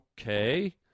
Okay